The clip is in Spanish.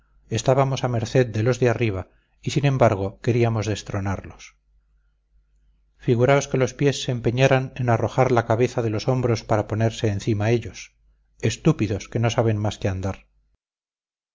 estábamos a merced de los de arriba y sin embargo queríamos destronarlos figuraos que los pies se empeñaran en arrojar la cabeza de los hombros para ponerse encima ellos estúpidos que no saben más que andar